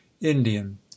Indian